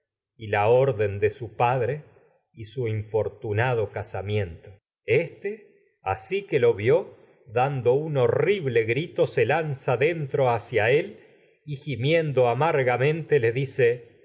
y la orden de su su infor tunado ble casamiento este asi que lo vió dando y un horri grito le se lanza dentro hacia él gimiendo amarga